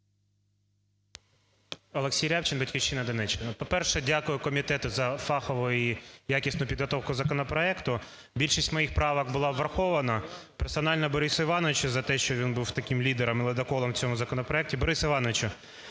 Олексій Рябчин, "Батьківщина", Донеччина. По-перше, дякую комітету за фахову і якісну підготовку законопроекту. Більшість моїх правок була врахована, персонально Борису Івановичу за те, що він був таким лідером і ледоколом в цьому законопроекті. Борисе Івановичу,